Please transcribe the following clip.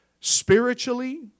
spiritually